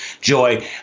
Joy